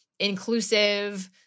inclusive